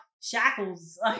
shackles